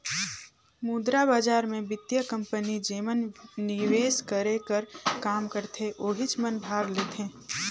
मुद्रा बजार मे बित्तीय कंपनी जेमन निवेस करे कर काम करथे ओहिच मन भाग लेथें